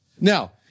Now